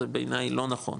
זה בעיניי לא נכון,